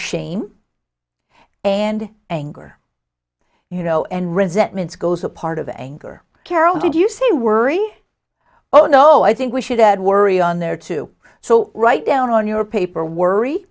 shame and anger you know and resentments goes a part of anger carol did you say you worry oh no i think we should add worry on there too so write down on your paper worry